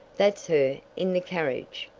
that's her in the carriage.